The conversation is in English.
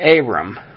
Abram